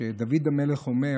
שדוד המלך אומר: